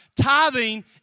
Tithing